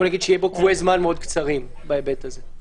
בואו נגיד שיהיו בו קבועי זמן מאוד קצרים בהיבט הזה.